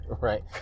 Right